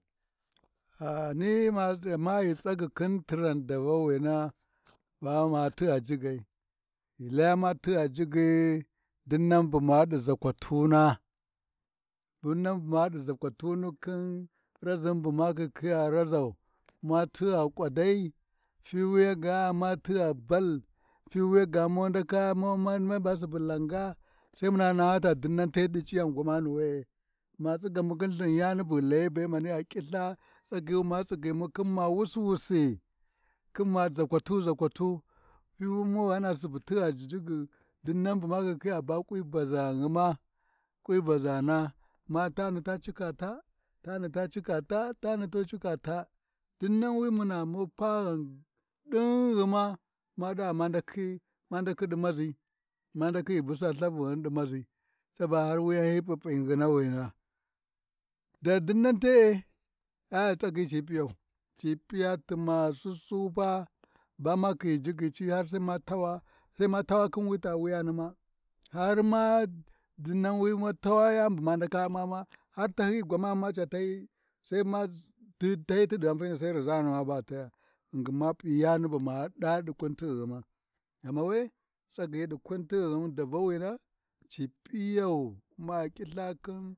Ghani ma ghi tsagyi khin tiran davawina ba ma tigha jigai, ghi laya ma tigha jigai dinan bu maɗi zakwatuna, dinnan bu maɗi ʒakwatuna, khin raʒin bu ma khi khiya raʒau ma tigha kwadai, fiwuyi ga ma tigha ball fi wuyi ga ma ndaka ma-maba supu langa, muna naha to dinnan te ɗi ciyan gwani we-e gha tsigyimu khin Lthin yani bu ghi layibe maniya ƙiLtha tsagyi wi mu tsigyimu khin ma wusi-wusi khin ma ʒakwatu-ʒakwatu, fiwiyu maniya tigha jigyi dinnan bu ma khi khiya ba ƙwi jiggi dinnan bu ma khi khiya ba ƙwi baʒan ghima, ƙwi baʒana, ma tani ta cila ta, tani ta cika ta, tani tu cika ta ɗinnan mana mapa ghan ɗinphima, maɗa ma ndakhi ɗi maʒi. Ma ndakhi ghi busa Ltharighin ɗi maʒi, caba har wuyan hyi p’upi nginawina, da dinnan te-e, tsagyi ci p’iyau, ci p’iya tuma Sussu pa ba ma khiyi jigyi ci har Sai-ma-Sai ma tawa idin wi ta Wuyani ma, harma wi dinnan, ma tawu yani buma ndaka U’mma ma, har lehin tahyiyi, gwamani ma ca tahyiyi Sai ma, ti tahyiyi yi ɗi ghanfai, Sai riʒani ɓa ghi tagya, ghinqin ma p’i yani ɓu ma ɗa ɗi ketighima ghinqin we tsagyi ɗi kutighima davawina ci p’iyau, ma ƙiLtha khin.